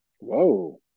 Whoa